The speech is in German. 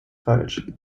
falsch